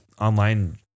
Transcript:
online